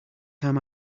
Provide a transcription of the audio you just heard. time